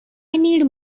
need